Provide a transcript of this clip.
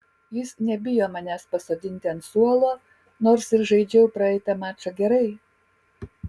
jis nebijo manęs pasodinti ant suolo nors ir žaidžiau praeitą mačą gerai